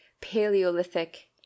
paleolithic